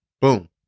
boom